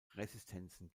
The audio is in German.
resistenzen